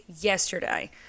yesterday